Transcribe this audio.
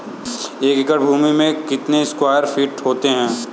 एक एकड़ भूमि में कितने स्क्वायर फिट होते हैं?